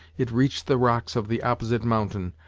it reached the rocks of the opposite mountain,